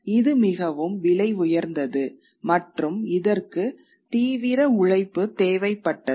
இது மிகவும் விலை உயர்ந்ததுமற்றும் இதற்கு தீவிர உழைப்பு தேவைப்பட்டது